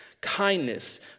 kindness